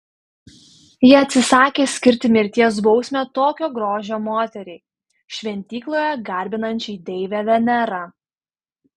jie atsisakė skirti mirties bausmę tokio grožio moteriai šventykloje garbinančiai deivę venerą